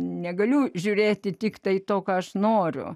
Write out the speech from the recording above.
negaliu žiūrėti tiktai to ką aš noriu